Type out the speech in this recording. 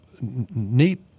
neat